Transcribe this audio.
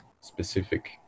specific